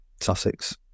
Sussex